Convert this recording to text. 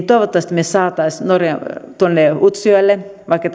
toivottavasti me saisimme utsjoelle vaikka